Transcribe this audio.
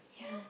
yeah